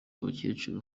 abakecuru